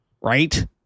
right